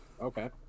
Okay